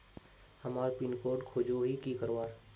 हमार pin code खोजोही की करवार?